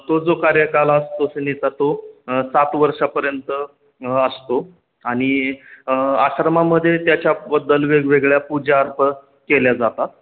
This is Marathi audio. तो जो कार्यकाल असा असतो नाही का तो सात वर्षापर्यंत असतो आणि आश्रमामध्ये त्याच्याबद्दल वेगवेगळ्या पूजा अर्पण केल्या जातात